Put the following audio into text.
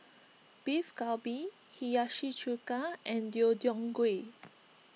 Beef Galbi Hiyashi Chuka and Deodeok Gui